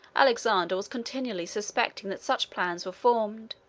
alexander was continually suspecting that such plans were formed,